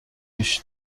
گوش